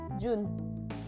June